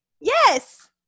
Yes